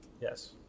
Yes